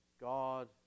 God